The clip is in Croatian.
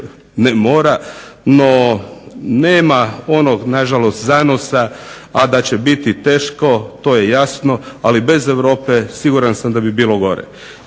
ne mora, no nema onog nažalost zanosa. A da će biti teško to je jasno, ali bez Europe siguran sam da bi bilo gore.